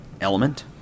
element